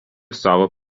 savo